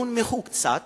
שהונמכו קצת